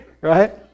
right